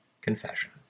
Confession